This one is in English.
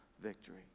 victory